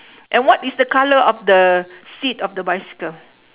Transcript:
and what is the colour of the seat of the bicycle